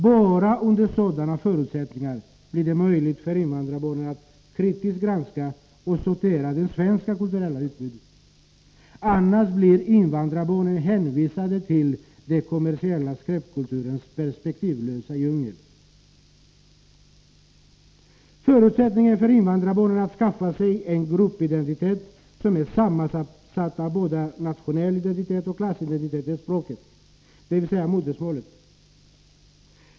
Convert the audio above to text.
Bara under sådana förutsättningar blir det möjligt för invandrarbarnen att kritiskt granska och sortera det svenska kulturella utbudet — annars blir invandrarbarnen hänvisade till den kommersiella skräpkulturens perspektivlösa djungel. Förutsättningen för invandrarbarnen att skaffa sig en gruppidentitet som är sammansatt av både nationell identitet och klassidentitet är språket, dvs. modersmålet.